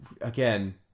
Again